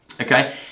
okay